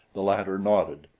the latter nodded.